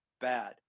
bad